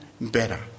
better